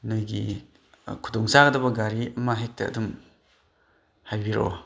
ꯅꯣꯏꯒꯤ ꯈꯨꯗꯣꯡ ꯆꯥꯒꯗꯕ ꯒꯥꯔꯤ ꯑꯃꯍꯦꯛꯇ ꯑꯗꯨꯝ ꯍꯥꯏꯕꯤꯔꯛꯑꯣ